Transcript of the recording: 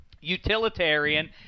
Utilitarian